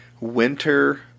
winter